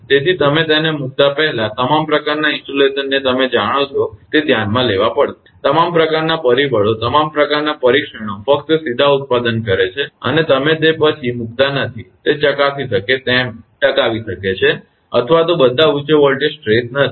તેથી તમે તેને મૂકતા પહેલાં તમામ પ્રકારનાં ઇન્સ્ટોલેશનને તમે જાણો છો કે તમારે ધ્યાનમાં લેવું જોઈએ કે તમામ પ્રકારના પરિબળો તમામ પ્રકારના પરીક્ષણો ફક્ત સીધા ઉત્પાદન કરે છે અને તમે તેને તે પછી મૂકતા નથી કે તે ચકાસી શકે છે કે કેમ તે ટકાવી શકે છે અથવા તે બધા ઉચ્ચ વોલ્ટેજ સ્ટ્રેસ નથી